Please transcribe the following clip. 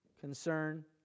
concern